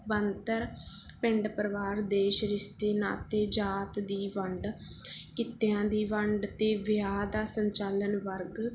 ਬਣਤਰ ਪਿੰਡ ਪਰਿਵਾਰ ਦੇ ਇਸ ਰਿਸ਼ਤੇ ਨਾਤੇ ਜਾਤ ਦੀ ਵੰਡ ਕਿੱਤਿਆਂ ਦੀ ਵੰਡ ਅਤੇ ਵਿਆਹ ਦਾ ਸੰਚਾਲਨ ਵਰਗ